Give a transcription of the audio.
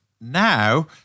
Now